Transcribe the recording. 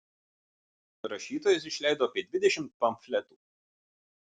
rašytojas išleido apie dvidešimt pamfletų